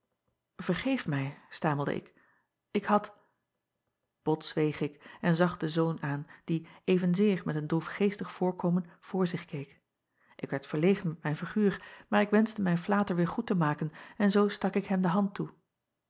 ergeef mij stamelde ik ik had ot zweeg ik en zag den zoon aan die evenzeer met een droefgeestig voorkomen voor zich keek k werd verlegen met mijn figuur maar ik wenschte mijn flater weêr goed te maken en zoo stak ik hem de hand toe